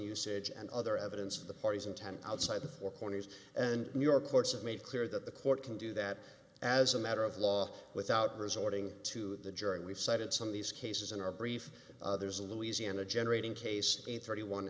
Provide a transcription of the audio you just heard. usage and other evidence of the party's intent outside the four corners and new york courts have made clear that the court can do that as a matter of law without resorting to the jury we cited some of these cases in our brief there's a louisiana generating case a thirty one